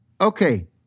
okay